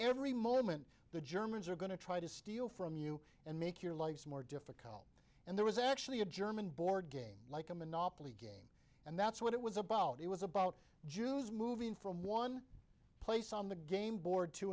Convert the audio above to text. every moment the germans are going to try to steal from you and make your life more difficult and there was actually a german board game like a monopoly game and that's what it was about it was about jews moving from one place on the gameboard to